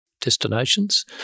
destinations